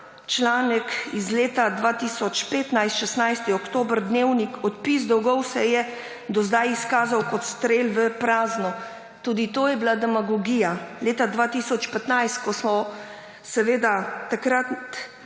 članek iz leta 2015, 16. oktober, Dnevnik, Odpis dolgov se je do zdaj izkazal kot strel v prazno. Tudi to je bila demagogija. Leta 2015, takrat